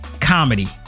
comedy